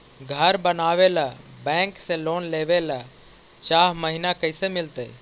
घर बनावे ल बैंक से लोन लेवे ल चाह महिना कैसे मिलतई?